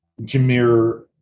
Jameer